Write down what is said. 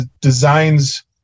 designs